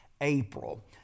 April